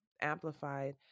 amplified